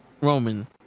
Roman